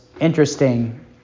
interesting